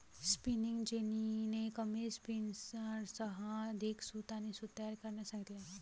spinning जेनीने कमी स्पिनर्ससह अधिक सूत आणि सूत तयार करण्यास सांगितले